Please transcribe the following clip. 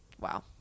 wow